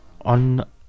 on